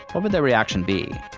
what would their reaction be?